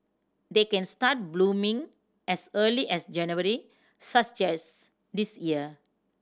they can start blooming as early as January such this year